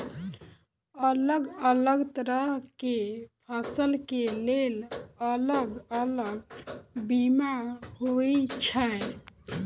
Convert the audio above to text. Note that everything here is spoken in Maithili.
अलग अलग तरह केँ फसल केँ लेल अलग अलग बीमा होइ छै?